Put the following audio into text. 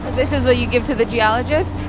this is what you give to the geologist?